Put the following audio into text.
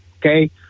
okay